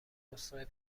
نسخه